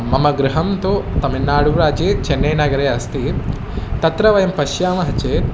मम गृहं तु तमिल्नाडुराज्ये चेन्नैनगरे अस्ति तत्र वयं पश्यामः चेत्